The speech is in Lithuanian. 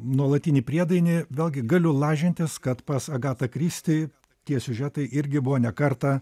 nuolatinį priedainį vėlgi galiu lažintis kad pas agatą kristi tie siužetai irgi buvo ne kartą